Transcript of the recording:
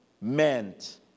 meant